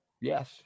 yes